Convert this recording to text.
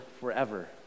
forever